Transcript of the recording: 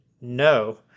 no